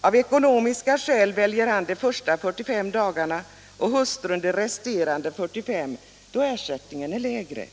av ekonomiska skäl väljer männen de första 45 dagarna och hustrun de resterande 45, då ersättningen är lägre.